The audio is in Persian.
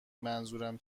منظورم